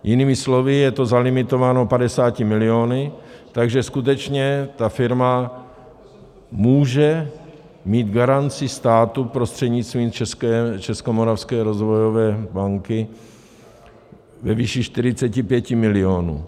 Jinými slovy, je to zalimitováno 50 miliony, takže skutečně ta firma může mít garanci státu prostřednictvím Českomoravské rozvojové banky ve výši 45 milionů.